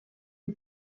est